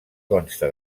consta